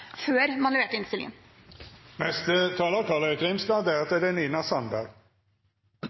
før man leverte innstillingen.